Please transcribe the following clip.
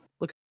Look